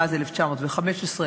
מאז 1915,